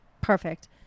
perfect